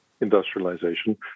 industrialization